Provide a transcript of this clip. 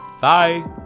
Bye